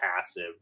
passive